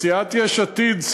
סיעת יש עתיד,